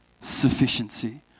sufficiency